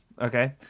Okay